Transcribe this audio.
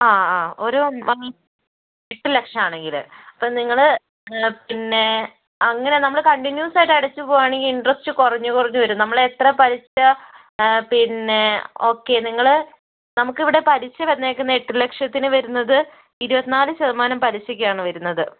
ആ ഒരു ഒന്ന് എട്ടുലക്ഷം ആണെങ്കിൽ അപ്പം നിങ്ങൾ പിന്നെ അങ്ങനെ നമ്മൾ കണ്ടിന്യൂസ് ആയിട്ട് അടച്ചു പോവാണേങ്കിൽ ഇന്ട്രസ്റ്റ് കുറഞ്ഞ് കുറഞ്ഞ് വരും നമ്മൾ എത്ര പലിശ പിന്നെ ഓക്കേ നിങ്ങൾ നമുക്കിവിടേ പലിശ വന്നിരിക്കുന്നത് എട്ടുലക്ഷത്തിനു വരുന്നത് ഇരുപത്തിനാല് ശതമാനം പലിശയൊക്കെയാണ് വരുന്നത്